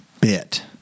bit